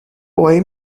boy